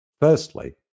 Firstly